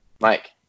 Mike